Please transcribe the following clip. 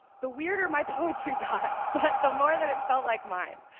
the weirder my poetry got, but the more that it felt like mine.